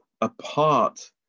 apart